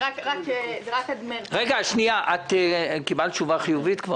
קיבלת תשובה חיובית?